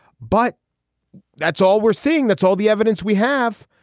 but that's all we're seeing. that's all the evidence we have.